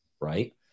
right